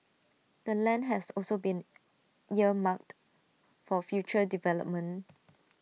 the land has also been earmarked for future development